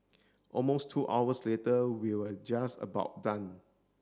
almost two hours later we'll just about done